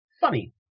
funny